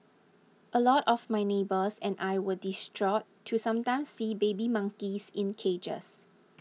a lot of my neighbours and I were distraught to sometimes see baby monkeys in cages